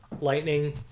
lightning